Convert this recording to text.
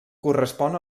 correspon